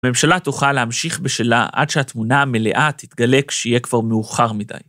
הממשלה תוכל להמשיך בשלה עד שהתמונה המלאה תתגלה כשיהיה כבר מאוחר מדי.